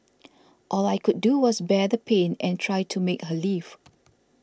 all I could do was bear the pain and try to make her leave